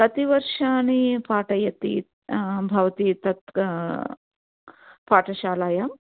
कति वर्षाणि पाठयति भवती तत्र पाठशालायां